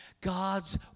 God's